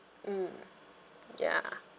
mm ya